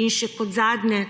In še kot zadnje.